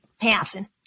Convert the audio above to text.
passing